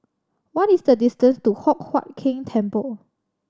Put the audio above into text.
what is the distance to Hock Huat Keng Temple